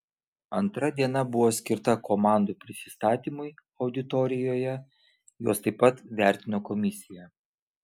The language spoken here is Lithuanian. antra diena buvo skirta komandų prisistatymui auditorijoje juos taip pat vertino komisija